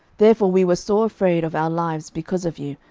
therefore we were sore afraid of our lives because of you,